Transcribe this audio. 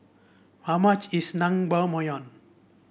how much is Naengmyeon